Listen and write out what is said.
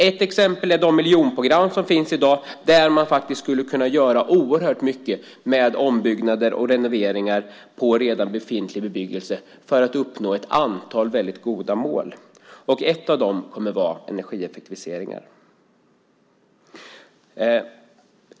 Ett exempel är de miljonprogramsområden som finns i dag, där man faktiskt skulle kunna göra oerhört mycket genom ombyggnader och renoveringar på befintlig bebyggelse för att uppnå ett antal väldigt goda mål. Ett av dem kommer att vara energieffektiviseringar.